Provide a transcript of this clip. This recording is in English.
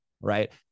right